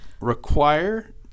require